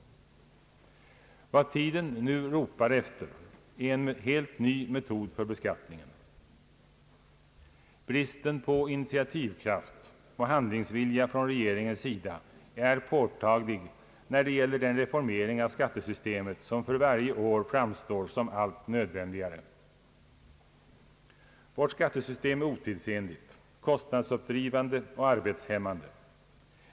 Vad tiden nu ropar efter är en helt ny metod för beskattningen, Bristen på initiativkraft och handlingsvilja hos regeringen är påtaglig när det gäller den reformering av skattesystemet som för varje år framstår såsom allt nödvändigare. Vårt skattesystem är otidsenligt, kostnadsuppdrivande och arbetshämmande.